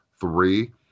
three